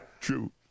True